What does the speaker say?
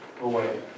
away